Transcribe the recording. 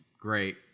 great